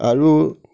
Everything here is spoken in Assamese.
আৰু